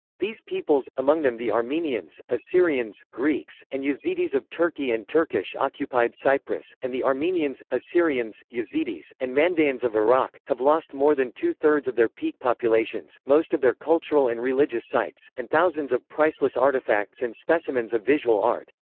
these peoples, among them the armenians, assyrians, greeks, and yezidis of turkey and turkish-occupied cyprus, and the armenians, assyrians, yezidis, and mandaeans of iraq, have lost more than two-thirds of their peak populations, most of their cultural and religious sites, and thousands of priceless artifacts and specimens of visual art.